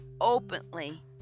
openly